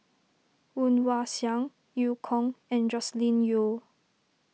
Woon Wah Siang Eu Kong and Joscelin Yeo